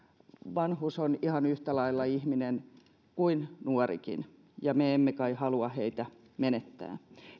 vanhus on ihan yhtä lailla ihminen kuin nuorikin ja me emme kai halua heitä menettää